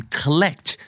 collect